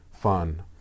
fun